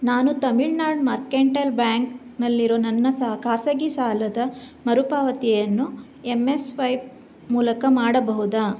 ನಾನು ತಮಿಳ್ನಾಡ್ ಮರ್ಕೆಂಟೈಲ್ ಬ್ಯಾಂಕ್ನಲ್ಲಿರೋ ನನ್ನ ಸ ಖಾಸಗಿ ಸಾಲದ ಮರುಪಾವತಿಯನ್ನು ಎಮ್ ಎಸ್ ಸ್ವೈಪ್ ಮೂಲಕ ಮಾಡಬಹುದೇ